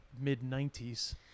mid-90s